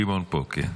סימון פה, כן.